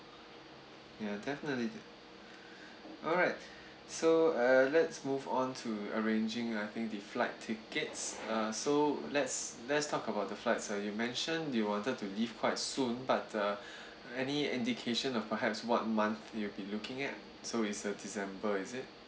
ya definitely alright so uh let's move on to arranging ah I think the flight tickets uh so let's let's talk about the flights ah you mentioned you wanted to leave quite soon but uh any indication or perhaps what month you'll be looking at so it's uh december is it